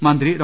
മന്ത്രി ഡോ